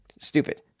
Stupid